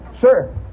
Sir